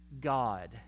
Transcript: God